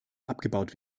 abgebaut